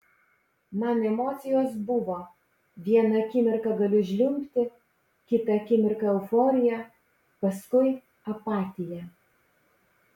man emocijos buvo vieną akimirką galiu žliumbti kitą akimirką euforija paskui apatija